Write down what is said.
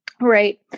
Right